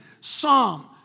psalm